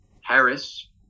Harris